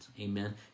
Amen